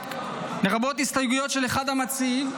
לרבות הסתייגות של אחד המציעים,